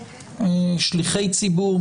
שליחי ציבור,